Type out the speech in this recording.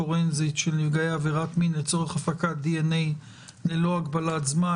דגימה פורנזית של נפגעי עבירת מין לצורך הפקת דנ"א ללא הגבלת זמן),